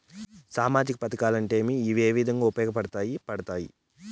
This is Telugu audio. సామాజిక పథకాలు అంటే ఏమి? ఇవి ఏ విధంగా ఉపయోగపడతాయి పడతాయి?